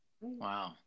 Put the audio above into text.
wow